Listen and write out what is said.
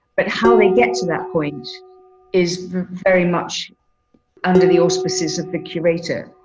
but how they get to that point is very much under the auspices of the curator.